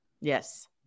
Yes